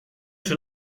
czy